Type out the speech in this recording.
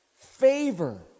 Favor